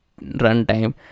runtime